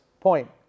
point